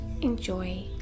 enjoy